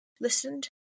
listened